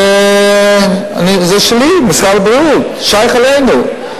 זה שלי, משרד הבריאות, שייך לנו.